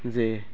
जे